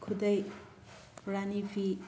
ꯈꯨꯗꯩ ꯔꯥꯅꯤ ꯐꯤ